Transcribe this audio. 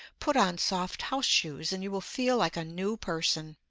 put on soft house shoes and you will feel like a new person.